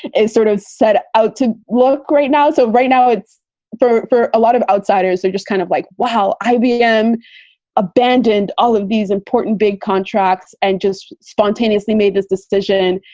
it's sort of set out to look great now. so right now, it's there for a lot of outsiders. so just kind of like, wow, ibm abandoned all of these important big contracts and just spontaneously made this decision.